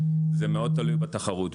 זה מאוד תלוי בתחרות.